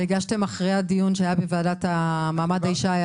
והגשתם הערות אחרי הדיון שהיה בוועדה לקידום מעמד האישה?